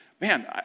Man